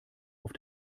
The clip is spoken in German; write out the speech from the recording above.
auf